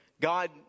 God